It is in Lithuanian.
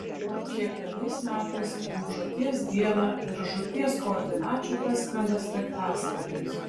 kiekvienais metais jų žūties dieną virš žūties koordinačių praskrenda sraigtasparnis